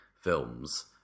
films